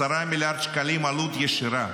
10 מיליארד שקלים עלות ישירה.